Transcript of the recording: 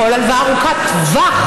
על כל הלוואה ארוכת טווח,